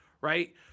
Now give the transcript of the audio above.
right